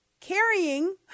Carrying